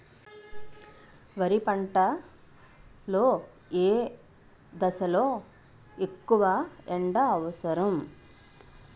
వరి పంట లో ఏ దశ లొ ఎక్కువ ఎండా అవసరం?